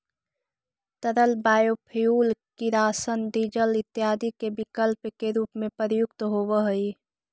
तरल बायोफ्यूल किरासन, डीजल इत्यादि के विकल्प के रूप में प्रयुक्त होवऽ हई